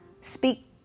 Speak